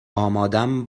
آمادم